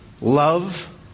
Love